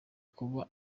kuba